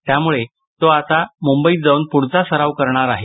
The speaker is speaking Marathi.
त्यामुळे तो आता मुंबईत जाऊन पुढचा सराव करणार आहे